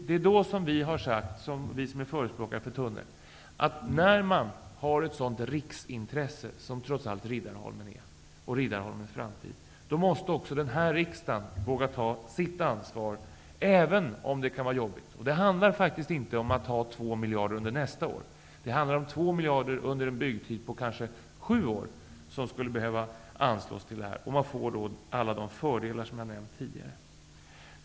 Vi socialdemokrater som förespråkar tunnellösningen har sagt att när det är sådant riksintresse som trots allt Ridddarholmen och dess framtid är, måste också riksdagen våga ta sitt ansvar, även om det kan vara jobbigt. Det handlar faktiskt inte om att ha 2 miljarder nästa år utan om 2 miljarder under en byggtid på kanske sju år. Man får då alla de fördelar som jag nämnde tidigare.